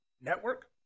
network